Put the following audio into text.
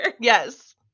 Yes